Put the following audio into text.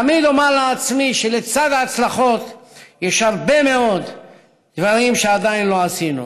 תמיד אומר לעצמי שלצד ההצלחות יש הרבה מאוד דברים שעדיין לא עשינו.